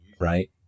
right